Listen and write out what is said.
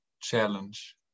challenge